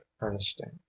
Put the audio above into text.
ernestine